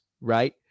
right